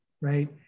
right